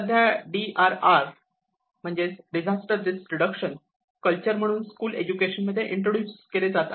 सध्या D R R culture म्हणून school education मध्ये इंट्रोड्युस केले जात आहे